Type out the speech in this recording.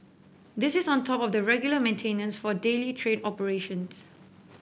this is on top of the regular maintenance for daily train operations